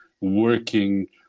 working